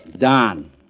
Don